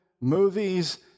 movies